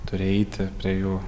turi eiti prie jų